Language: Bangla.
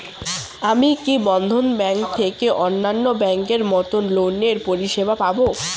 আমি কি বন্ধন ব্যাংক থেকে অন্যান্য ব্যাংক এর মতন লোনের পরিসেবা পাব?